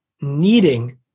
needing